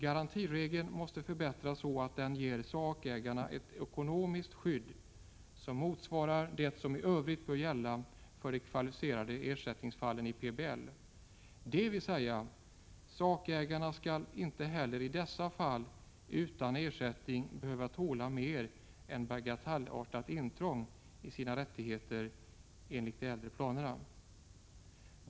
Garantiregeln måste förbättras, så att den ger sakägarna ett ekonomiskt skydd som motsvarar det som i övrigt bör gälla för de kvalificerade ersättningsfallen i PBL, dvs. sakägarna skall inte heller i dessa fall utan ersättning behöva tåla mer än bagatellartat intrång i sina rättigheter enligt de äldre planerna.